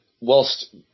whilst